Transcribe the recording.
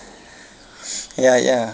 ya ya